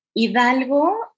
Hidalgo